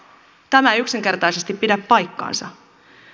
tämä ei yksinkertaisesti pidä paikkaansa